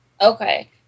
Okay